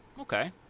Okay